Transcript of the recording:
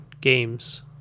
games